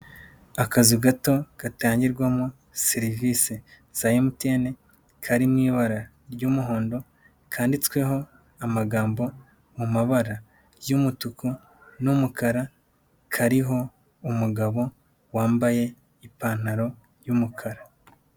Akazu gato gatangirwamo serivisi za MTN kari mu ibara ry'umuhondo, kanditsweho amagambo mu mabara y'umutuku n'umukara, kariho umugabo wambaye ipantaro y'umukara.